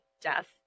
death